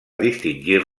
distingir